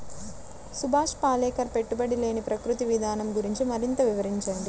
సుభాష్ పాలేకర్ పెట్టుబడి లేని ప్రకృతి విధానం గురించి మరింత వివరించండి